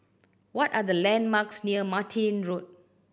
what are the landmarks near Martin Road